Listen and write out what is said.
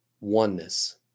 oneness